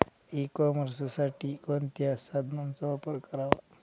E कॉमर्ससाठी कोणत्या साधनांचा वापर करावा?